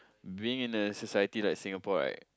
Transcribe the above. being in a society like Singapore right